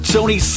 Tony